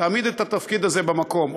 תעמיד את התפקיד הזה במקום,